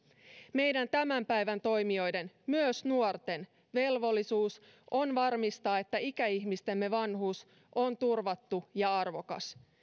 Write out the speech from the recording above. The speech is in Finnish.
meidän tämän päivän toimijoiden myös nuorten velvollisuus on varmistaa että ikäihmistemme vanhuus on turvattu ja arvokas